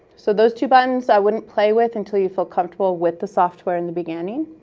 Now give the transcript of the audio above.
so those two buttons i wouldn't play with until you feel comfortable with the software in the beginning.